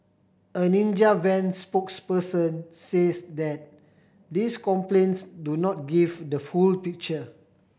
a Ninja Van spokesperson says that these complaints do not give the full picture